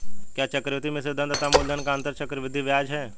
क्या चक्रवर्ती मिश्रधन तथा मूलधन का अंतर चक्रवृद्धि ब्याज है?